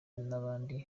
n’abandi